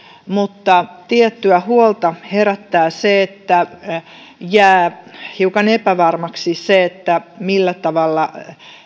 mutta tiettyä huolta herättää se että jää hiukan epävarmaksi millä tavalla